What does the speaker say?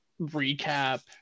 recap